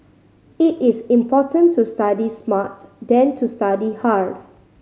it is important to study smart than to study hard